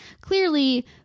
clearly